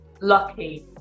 lucky